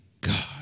God